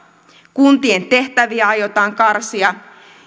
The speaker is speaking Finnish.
kuntien tehtäviä aiotaan karsia